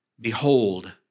behold